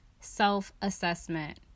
self-assessment